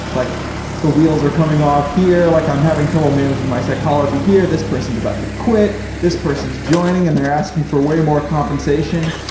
like the wheels are coming off here. like i'm having trouble managing my psychology here. this person's about to quit. this person's joining and they're asking for way more compensation.